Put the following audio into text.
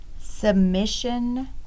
submission